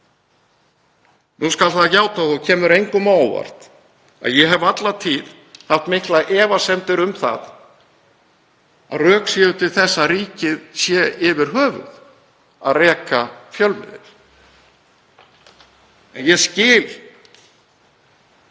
Nú skal það játað og kemur engum á óvart að ég hef alla tíð haft miklar efasemdir um það að rök séu til þess að ríkið sé yfir höfuð að reka fjölmiðil. En ég skil